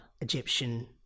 Egyptian